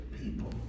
people